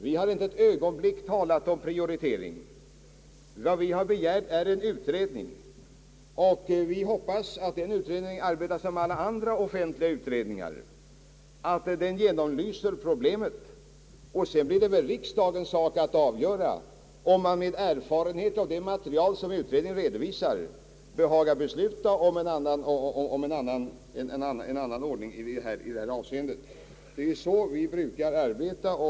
Vi har inte ett ögonblick talat om prioritering! Vad vi har begärt är en utredning, och vi hoppas att den utredningen arbetar som alla andra offentliga utredningar — att den genomlyser problemet. Sedan blir det väl riksdagens sak att avgöra om man med ledning av det material, som utredningen redovisar, kan besluta om en annan ordning i detta avseende, Det är ju så vi brukar arbeta.